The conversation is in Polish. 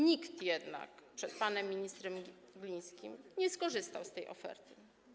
Nikt jednak przed panem ministrem Glińskim nie skorzystał z tej oferty.